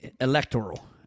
electoral